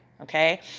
Okay